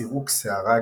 סירוק שיערה,